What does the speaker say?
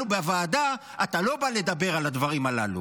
אלינו בוועדה אתה לא בא לדבר על הדברים הללו.